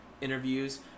interviews